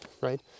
right